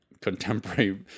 contemporary